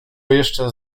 jeszcze